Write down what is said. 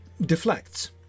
deflects